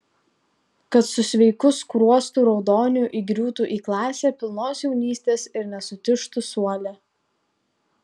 kad su sveiku skruostų raudoniu įgriūtų į klasę pilnos jaunystės ir nesutižtų suole